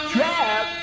Trap